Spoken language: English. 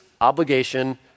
obligation